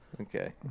Okay